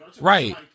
Right